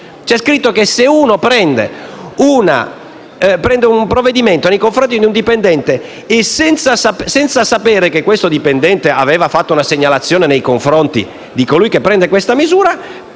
c'è scritto che se un dirigente prende un provvedimento nei confronti di un dipendente senza sapere che questo dipendente aveva fatto una segnalazione nei confronti di colui che prende questa misura,